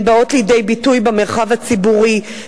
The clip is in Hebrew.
הן באות לידי ביטוי במרחב הציבורי,